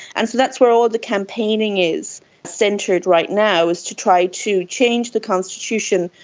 and so that's where all the campaigning is centred right now, is to try to change the constitution,